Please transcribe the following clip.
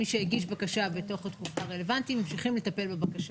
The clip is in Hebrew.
מי שהגיש בקשה בתוך התקופה הרלוונטית ממשיכים לטפל בבקשה.